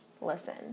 listen